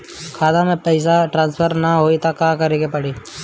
खाता से पैसा ट्रासर्फर न होई त का करे के पड़ी?